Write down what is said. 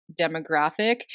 demographic